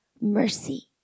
mercy